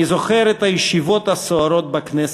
אני זוכר את הישיבות הסוערות בכנסת.